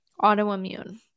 autoimmune